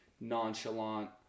nonchalant